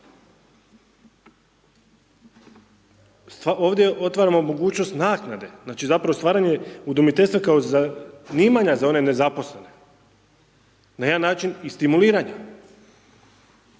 Ovdje otvaramo mogućnost naknade, znači zapravo stvaranje udomiteljstva kao zanimanja za one nezaposlene, na jedan način i stimuliranja,